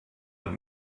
und